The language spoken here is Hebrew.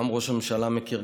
גם ראש הממשלה מכיר,